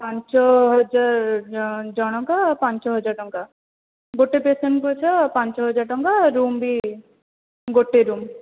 ପାଞ୍ଚ ହଜାର ଜଣଙ୍କା ପାଞ୍ଚ ହଜାର ଟଙ୍କା ଗୋଟିଏ ପେସେଣ୍ଟ ପିଛା ପାଞ୍ଚ ହଜାର ଟଙ୍କା ରୁମ ବି ଗୋଟିଏ ରୁମ